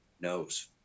knows